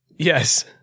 Yes